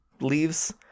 leaves